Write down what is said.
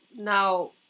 now